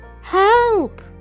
help